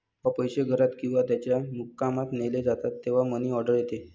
जेव्हा पैसे घरात किंवा त्याच्या मुक्कामात नेले जातात तेव्हा मनी ऑर्डर येते